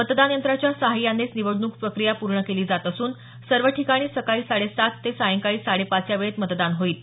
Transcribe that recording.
मतदान यंत्राच्या साह्यानेच निवडणूक प्रक्रिया पूर्ण केली जात असून सर्व ठिकाणी सकाळी साडे सात ते सायंकाळी साडे पाच या वेळेत मतदान होईल